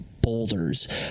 boulders